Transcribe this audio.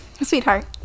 Sweetheart